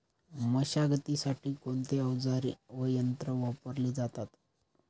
मशागतीसाठी कोणते अवजारे व यंत्र वापरले जातात?